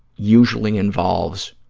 usually involves